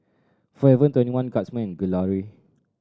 Forever Twenty One Guardsman Gelare